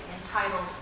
entitled